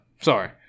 Sorry